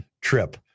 trip